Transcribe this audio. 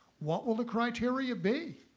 what will the criteria be.